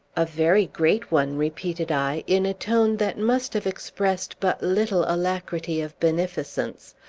a very great one? repeated i, in a tone that must have expressed but little alacrity of beneficence,